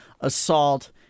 assault